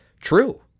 true